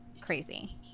crazy